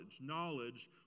knowledge